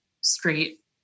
straight